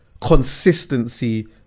consistency